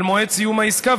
על מועד סיום העִסקה,